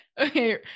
Okay